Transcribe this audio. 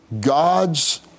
God's